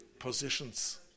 positions